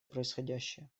происходящее